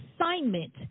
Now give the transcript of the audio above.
assignment